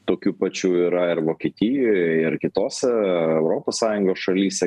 tokių pačių yra ir vokietijoj ir kitose europos sąjungos šalyse